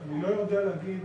אני לא יודע להגיד